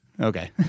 Okay